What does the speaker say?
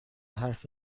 حرف